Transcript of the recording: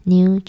New